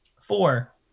Four